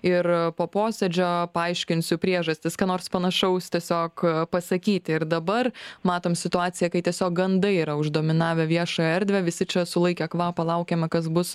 ir po posėdžio paaiškinsiu priežastis ką nors panašaus tiesiog pasakyti ir dabar matom situaciją kai tiesiog gandai yra uždominavę viešąją erdvę visi čia sulaikę kvapą laukiame kas bus